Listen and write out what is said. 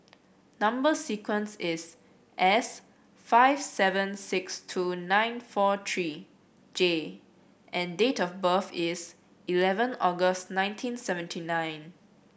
number sequence is S five seven six two nine four three J and date of birth is eleven August nineteen seventy nine